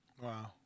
Wow